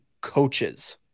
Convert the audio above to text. coaches